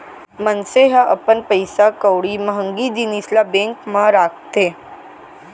मनसे ह अपन पइसा कउड़ी महँगी जिनिस ल बेंक म राखथे